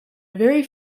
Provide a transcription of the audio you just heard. very